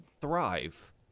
thrive